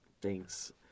Thanks